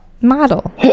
model